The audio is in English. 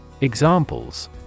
Examples